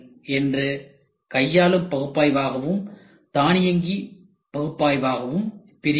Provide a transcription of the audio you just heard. என்ற கையாளும் பகுப்பாய்வாவும் தானியங்கி பகுப்பாய்வாவும் பிரிகிறது